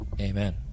Amen